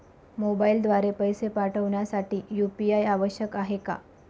मोबाईलद्वारे पैसे पाठवण्यासाठी यू.पी.आय आवश्यक आहे का?